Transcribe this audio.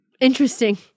Interesting